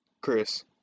Chris